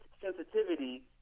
sensitivity